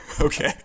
Okay